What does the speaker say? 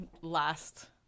last